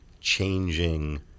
changing